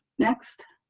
next.